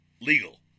legal